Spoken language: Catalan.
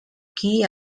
qui